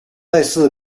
类似